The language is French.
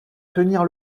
tenir